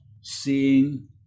seeing